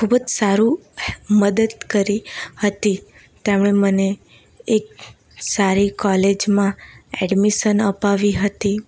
ખૂબ જ સારું મદદ કરી હતી તેમણે મને એક સારી કોલેજમાં એડમિશન અપાવી હતી